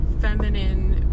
feminine